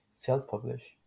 self-publish